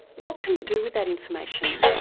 what can you do with that information,